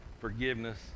forgiveness